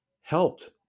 helped